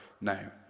now